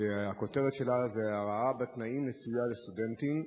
שהכותרת שלה היא: הרעה בתנאים לסיוע לסטודנטים.